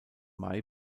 mai